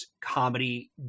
comedy